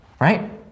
Right